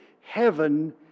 heaven